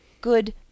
good